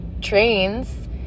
trains